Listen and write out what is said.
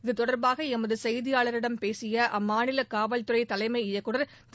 இதுதொடர்பாக எமது செய்தியாளரிடம் பேசிய அம்மாநில காவல்துறை தலைமை இயக்குநர் திரு